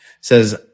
says